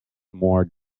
more